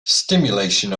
stimulation